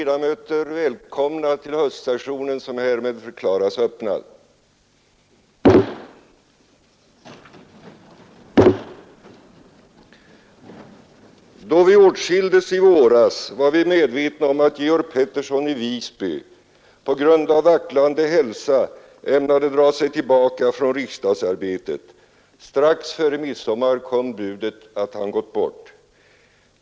Då vi åtskildes i våras var vi medvetna om att Georg Pettersson i Visby på grund av vacklande hälsa ämnade dra sig tillbaka från riksdagsarbetet. Strax före midsommar kom budet att han gått bort.